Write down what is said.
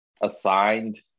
assigned